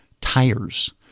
tires